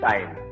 Time